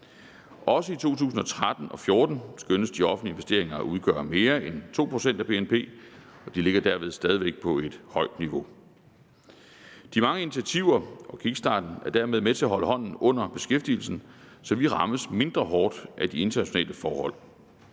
Også i 2013 og 2014 skønnes de offentlige investeringer at udgøre mere end 2 pct. af BNP, og de ligger derved stadig væk på et højt niveau. De mange initiativer og kickstarten er dermed med til at holde hånden under beskæftigelsen, så vi rammes mindre hårdt af de internationale forhold.